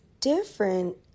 different